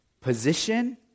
position